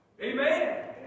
Amen